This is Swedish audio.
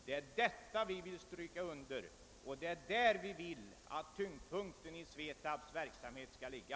Det är detta vi vill stryka under och det är där vi vill att tyngdpunkten i SVETAB:s verksamhet skall ligga.